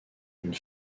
une